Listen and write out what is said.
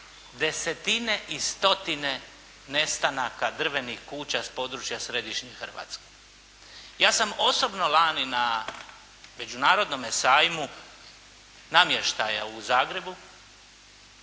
desetine i stotine nestanaka drvenih kuća s područja središnje Hrvatske. Ja sam osobno lani na Međunarodnome sajmu namještaja u Zagrebu,